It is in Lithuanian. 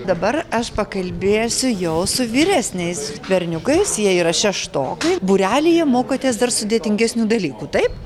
dabar aš pakalbėsiu jau su vyresniais berniukais jie yra šeštokai būrelyje mokotės dar sudėtingesnių dalykų taip